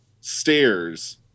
stairs